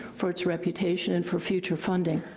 for its reputation, and for future funding.